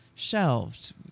shelved